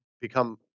become